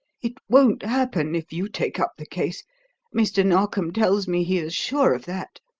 it won't happen if you take up the case mr. narkom tells me he is sure of that.